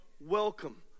welcome